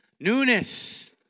Newness